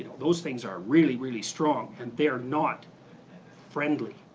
those things are really, really strong, and they're not friendly.